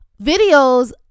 Videos